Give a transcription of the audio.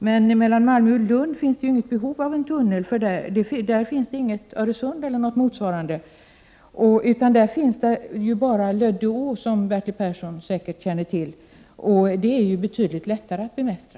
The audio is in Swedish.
Men mellan Malmö och Lund finns det inget behov av en tunnel, eftersom det där inte finns något Öresund eller motsvarande, utan där finns bara Höje å, vilket Bertil Persson säkert känner till, och den är betydligt lättare att bemästra.